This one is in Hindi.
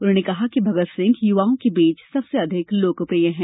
उन्होंने कहा कि भगत सिंह युवाओं के बीच सबसे अधिक लोकप्रिय हैं